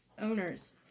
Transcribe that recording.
owners